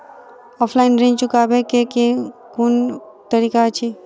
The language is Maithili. ऑफलाइन ऋण चुकाबै केँ केँ कुन तरीका अछि?